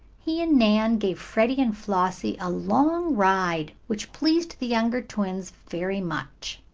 he and nan gave freddie and flossie a long ride which pleased the younger twins very much.